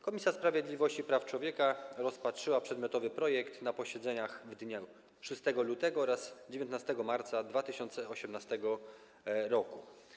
Komisja Sprawiedliwości i Praw Człowieka rozpatrzyła przedmiotowy projekt na posiedzeniach w dniach 6 lutego oraz 19 marca 2018 r.